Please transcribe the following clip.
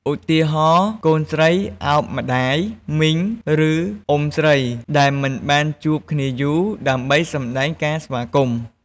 ឧទាហរណ៍ កូនស្រីឱបម្ដាយ មីង ឬ អ៊ុំស្រី ដែលមិនបានជួបគ្នាយូរ ដើម្បីសម្ដែងការស្វាគមន៍។